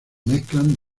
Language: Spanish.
mezclan